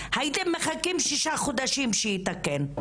הייתם מחכים שישה חודשים שיתקן.